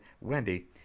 Wendy